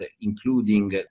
including